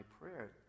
prayer